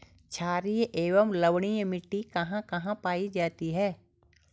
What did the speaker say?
छारीय एवं लवणीय मिट्टी कहां कहां पायी जाती है?